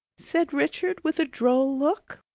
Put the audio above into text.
said richard with a droll look.